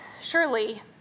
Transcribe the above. surely